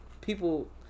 people